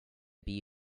bee